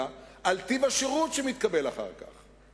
על טיב השירות שמתקבל אחר כך,